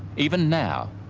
even now,